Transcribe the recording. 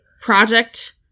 project